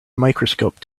microscope